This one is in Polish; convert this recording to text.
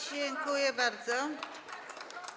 Dziękuję bardzo.